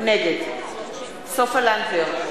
נגד סופה לנדבר,